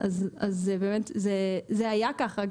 זה באמת היה ככה,